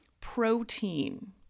Protein